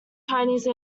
chinese